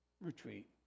retreat